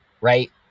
right